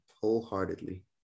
wholeheartedly